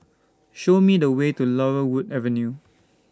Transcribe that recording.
Show Me The Way to Laurel Wood Avenue